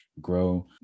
grow